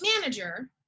manager